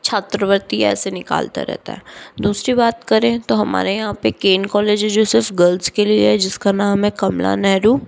छात्रवृति ऐसे निकालता रहता है दूसरी बात करें तो हमारे यहाँ पर केन कोलेज हैं जो सिर्फ गर्ल्स के लिए है जिसका नाम है कमला नेहरू